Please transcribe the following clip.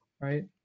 right